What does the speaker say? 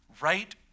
right